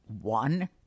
one